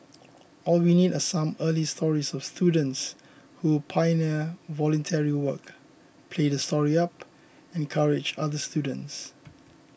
all we need are some early stories of students who pioneer voluntary work play the story up encourage other students